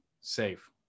safe